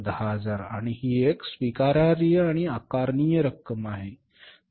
10000 आणि ही एक स्वीकारार्ह आणि आकारणीय रक्कम आहे